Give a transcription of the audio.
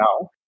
now